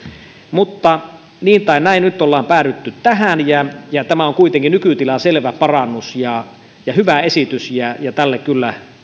mutta niin tai näin nyt ollaan päädytty tähän ja ja tämä on kuitenkin nykytilaan selvä parannus ja ja hyvä esitys ja tälle kyllä